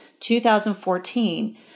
2014